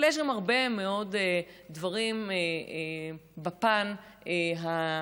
אבל יש גם הרבה מאוד דברים בפן הנשי,